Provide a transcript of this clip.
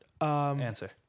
Answer